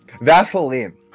Vaseline